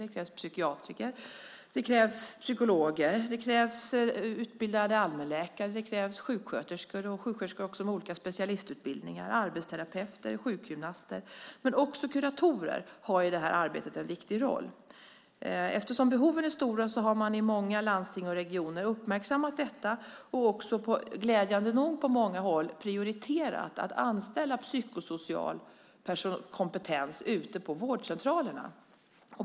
Det krävs psykiatrer, psykologer, utbildade allmänläkare, sjuksköterskor, och också sjuksköterskor med olika specialistutbildningar, arbetsterapeuter och sjukgymnaster, och även kuratorer har en viktig roll i det här arbetet. Eftersom behoven är stora har man i många landsting och regioner uppmärksammat detta och också, glädjande nog, på många håll prioriterat att anställa psykosocial kompetens ute på vårdcentralerna.